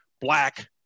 black